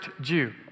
Jew